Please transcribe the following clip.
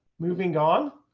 moving on.